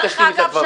דרך אגב,